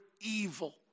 evil